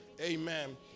amen